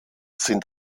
sind